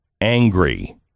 angry